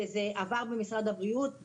וזה עבר במשרד הבריאות.